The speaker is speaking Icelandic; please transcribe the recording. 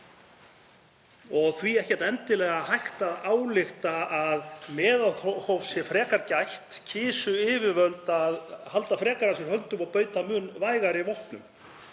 Því er ekkert endilega hægt að álykta að meðalhófs sé frekar gætt, kysu yfirvöld að halda frekar að sér höndum og beita mun vægari vopnum.